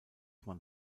mann